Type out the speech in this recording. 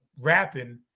rapping